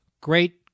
Great